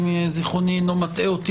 אם זיכרוני אינו מטעה אותי,